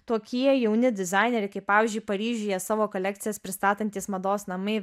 tokie jauni dizaineriai kaip pavyzdžiui paryžiuje savo kolekcijas pristatantys mados namai